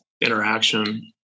interaction